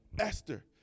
Esther